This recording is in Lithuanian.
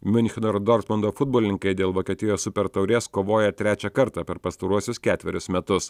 miuncheno ir dortmundo futbolininkai dėl vokietijos super taurės kovojo trečią kartą per pastaruosius ketverius metus